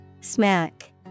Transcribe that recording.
Smack